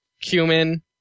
cumin